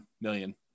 million